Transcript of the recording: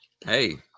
Hey